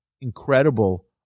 incredible